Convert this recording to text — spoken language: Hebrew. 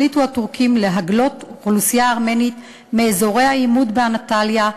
החליטו הטורקים להגלות את האוכלוסייה הארמנית מאזורי העימות באנטליה,